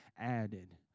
added